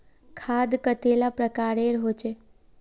खाद कतेला प्रकारेर होचे?